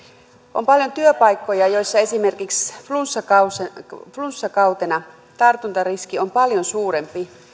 on paljon työpaikkoja joissa esimerkiksi flunssakautena flunssakautena tartuntariski on paljon suurempi